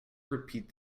repeat